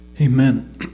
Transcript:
Amen